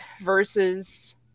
versus